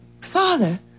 Father